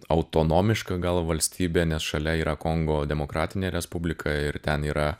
autonomiška gal valstybė nes šalia yra kongo demokratinė respublika ir ten yra